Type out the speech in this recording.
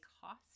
cost